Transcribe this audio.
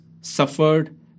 suffered